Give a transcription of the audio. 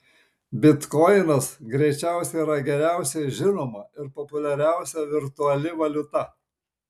bitkoinas greičiausiai yra geriausiai žinoma ir populiariausia virtuali valiuta